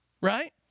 right